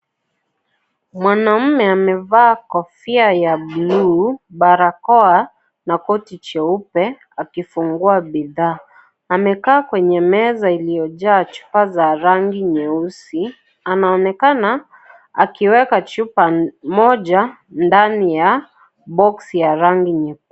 Mwanamme amevaa kofia ya buluu, barakoa na koti jeupe akifungua bidhaa. Amekaa kwenye meza iliyojaa chupa za rangi nyeusi, anaonekana akiweka chupa moja ndani ya boksi ya rangi nyeku.